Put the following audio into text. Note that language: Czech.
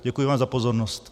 Děkuji vám za pozornost.